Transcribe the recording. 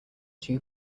two